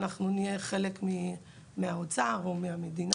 אנחנו נהיה חלק מהאוצר או מהמדינה.